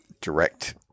direct